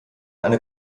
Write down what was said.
eine